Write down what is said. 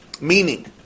Meaning